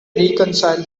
reconcile